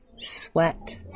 sweat